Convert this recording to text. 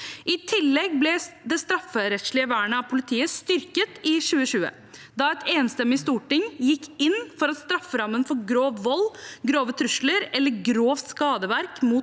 I tillegg ble det strafferettslige vernet av politiet styrket i 2020, da et enstemmig storting gikk inn for at strafferammen for grov vold, grove trusler eller grovt skadeverk